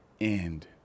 end